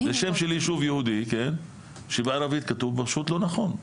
זה שם של יישוב יהודי שבערבית כתוב פשוט לא נכון,